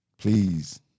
Please